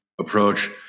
approach